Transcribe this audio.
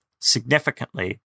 significantly